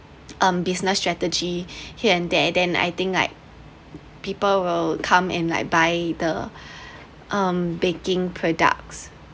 um business strategy here and there then I think like people will come and like by the um baking products